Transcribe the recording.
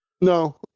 No